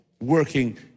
working